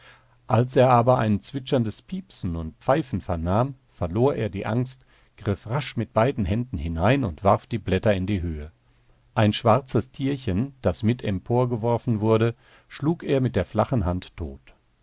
als er aber ein zwitscherndes piepsen und pfeifen vernahm verlor er die angst griff rasch mit beiden händen hinein und warf die blätter in die höhe ein schwarzes tierchen das mit emporgeworfen wurde schlug er mit der flachen hand tot